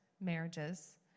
marriages